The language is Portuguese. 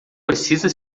precisa